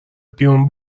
بیرون